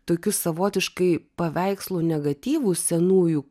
tokius savotiškai paveikslų negatyvų senųjų